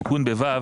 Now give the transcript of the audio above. התיקון ב-(ו),